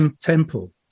temple